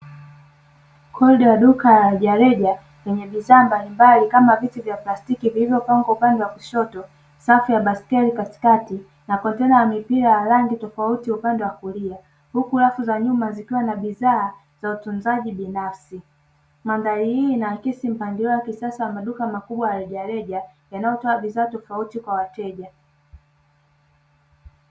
Korido la duka la rejareja, lenye bidhaa mbalimbali kama viti vya plastiki vilivyopangwa upande wa kushoto, safu ya baiskeli katikati na kontena la mipira la rangi tofauti upande wa kulia. Huku rafu za nyuma zikiwa na bidhaa za utunzaji binafsi. Madhari hii inaakisi mpangilio wa kisasa wa maduka makubwa ya rejareja yanayotoa bidhaa tofauti kwa wateja.